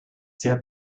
sehr